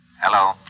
Hello